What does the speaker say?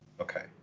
Okay